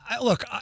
look